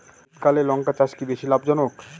শীতকালে লঙ্কা চাষ কি বেশী লাভজনক?